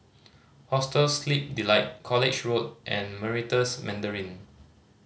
Hostel Sleep Delight College Road and Meritus Mandarin